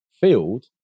field